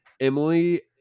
emily